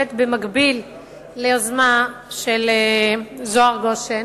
מובאת במקביל ליוזמה של זוהר גושן,